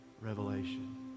revelation